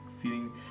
feeling